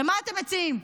הרי מה אתם מציעים?